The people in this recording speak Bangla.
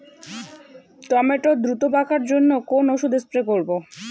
টমেটো দ্রুত পাকার জন্য কোন ওষুধ স্প্রে করব?